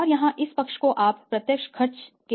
और यहाँ इस पक्ष को आप अप्रत्यक्ष खर्च के लिए लेते हैं